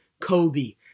Kobe